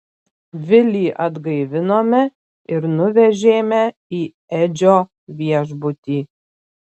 vilį atgaivinome ir nuvežėme į edžio viešbutį